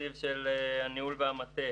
תקציב הניהול והמטה